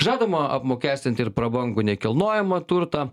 žadama apmokestinti ir prabangų nekilnojamą turtą